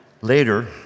Later